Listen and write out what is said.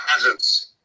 presence